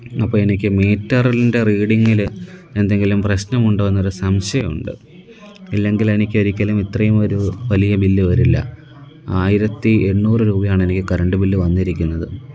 അപ്പോള് എനിക്ക് മീറ്ററിന്റെ റീഡിങ്ങില് എന്തെങ്കിലും പ്രശ്നമുണ്ടോ എന്നൊരു സംശയമുണ്ട് ഇല്ലെങ്കിലെനിക്കൊരിക്കലും ഇത്രേമൊരു വലിയ ബില്ല് വരില്ല ആയിരത്തി എണ്ണൂറ് രൂപയാണെനിക്ക് കരണ്ട് ബില്ല് വന്നിരിക്കുന്നത്